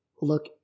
look